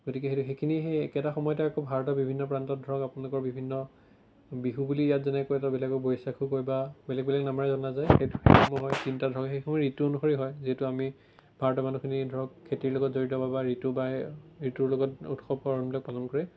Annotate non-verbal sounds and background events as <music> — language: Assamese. গতিকে সেইটো সেইখিনি সেই একেটা সময়তে আকৌ ভাৰতৰ বিভিন্ন প্ৰান্তত ধৰক আপোনালোকৰ বিভিন্ন বিহু বুলি ইয়াত যেনেকৈ বেলেগে বৈশাগু কয় বা বেলেগ বেলেগ নামেৰে জনা যায় <unintelligible> তিনিটা ধৰণে সেইটো ঋতু অনুসৰি হয় যিটো আমি ভাৰতৰ মানুহখিনি ধৰক খেতিৰ লগত জড়িত বাবে বা ঋতু বা ঋতুৰ লগত উৎসৱ পাৰ্বণবিলাক পালন কৰে